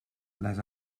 les